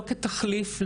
לא כתחליף,